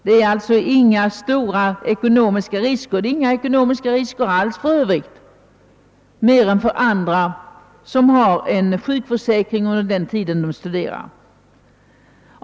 Den innebär inte några stora ekonomiska risker för staten — riskerna är inte större än för andra som har en sjukförsäkring under den tid de studerar.